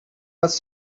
was